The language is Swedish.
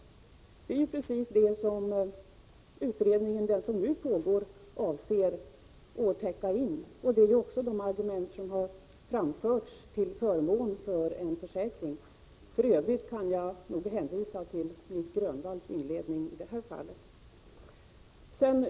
Det är precis detta som den utredning som nu pågår avser att täcka in, och det är just detta som framförts i argumenten till förmån för en försäkring. För övrigt kan jag nog i det här fallet hänvisa till Nic Grönvalls inlägg.